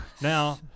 now